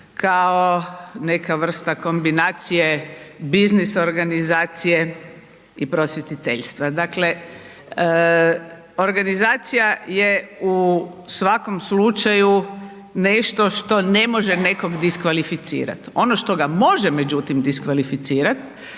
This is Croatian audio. kao neka vrsta kombinacije biznis organizacije i prosvjetiteljstva. Dakle, organizacija je u svakom slučaju nešto što ne može nekog diskvalificirati. Ono što ga može međutim diskvalificirati